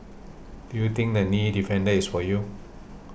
do you think the Knee Defender is for you